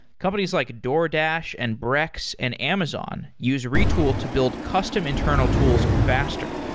companies like a doordash, and brex, and amazon use retool to build custom internal tools faster.